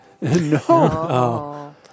No